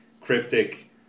Cryptic